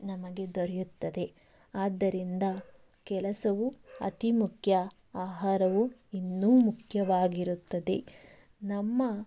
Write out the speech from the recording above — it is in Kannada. ನಮಗೆ ದೊರೆಯುತ್ತದೆ ಆದ್ದರಿಂದ ಕೆಲಸವು ಅತೀ ಮುಖ್ಯ ಆಹಾರವು ಇನ್ನೂ ಮುಖ್ಯವಾಗಿರುತ್ತದೆ ನಮ್ಮ